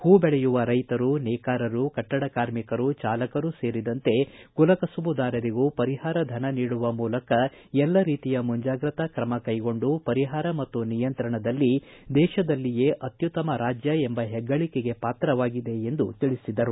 ಹೂ ದೆಳೆಯುವ ರೈತರು ನೇಕಾರರು ಕಟ್ಟಡ ಕಾರ್ಮಿಕರು ಚಾಲಕರು ಸೇರಿದಂತೆ ಕುಲಕಸಬುದಾರರಿಗೂ ಪರಿಹಾರಧನ ನೀಡುವ ಮೂಲಕ ಎಲ್ಲ ರೀತಿಯ ಮುಂಜಾಗ್ರತಾ ಕ್ರಮಕ್ಕೆಗೊಂಡು ಪರಿಹಾರ ಮತ್ತು ನಿಯಂತ್ರಣದಲ್ಲಿ ದೇತದಲ್ಲಿಯೇ ಅತ್ಟುತ್ತಮ ರಾಜ್ಯ ಎಂಬ ಹೆಗ್ಗಳಿಕೆಗೆ ಪಾತ್ರವಾಗಿದೆ ಎಂದು ತಿಳಿಸಿದರು